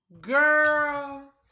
Girl